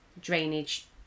drainage